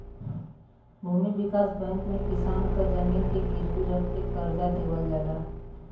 भूमि विकास बैंक में किसान क जमीन के गिरवी रख के करजा देवल जाला